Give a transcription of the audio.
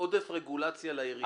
עודף רגולציה לעיריות.